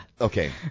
Okay